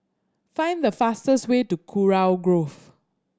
find the fastest way to Kurau Grove